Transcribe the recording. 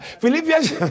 Philippians